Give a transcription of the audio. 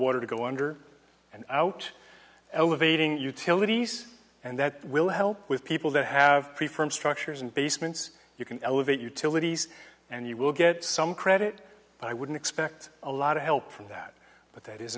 water to go under and out elevating utilities and that will help with people that have preferred structures and basements you can elevate utilities and you will get some credit but i wouldn't expect a lot of help from that but that is